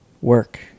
work